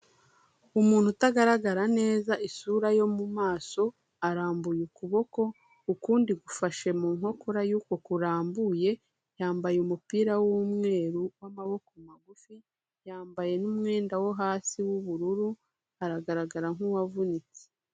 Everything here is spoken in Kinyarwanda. Umuntu utagaragara neza isura yo mu maso arambuye ukuboko, ukundi gufashe mu nkokora yuko kurambuye, yambaye umupira w'umweru w'amaboko magufi, yambaye n'umwenda wo hasi w'ubururu, aragaragara nk'uwavunitse..